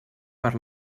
per